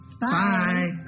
Bye